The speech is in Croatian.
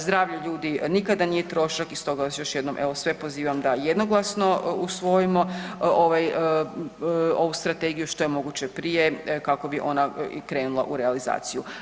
Zdravlje ljudi nikada nije trošak i stoga vas još jednom evo sve pozivam da jednoglasno usvojimo ovaj, ovu strategiju što je moguće prije kako bi ona i krenula u realizaciju.